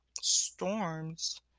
storms